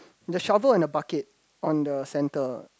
the shovel on the bucket on the centre